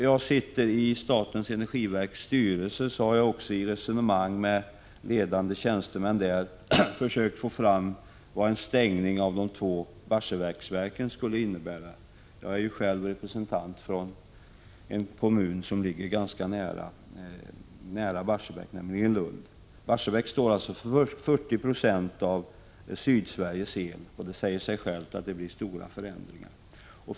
Jag sitter i statens energiverks styrelse, och jag har i resonemang med verkets ledande tjänstemän försökt få fram vad en stängning av de två Barsebäcksverken skulle innebära — jag är ju själv representant för en kommun som ligger ganska nära Barsebäck, nämligen Lund. Barsebäck står för 40 26 av Sydsveriges el. Det säger sig självt att det blir stora förändringar vid en avveckling.